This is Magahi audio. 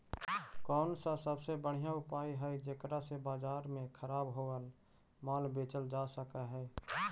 कौन सा सबसे बढ़िया उपाय हई जेकरा से बाजार में खराब होअल माल बेचल जा सक हई?